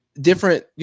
different